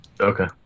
Okay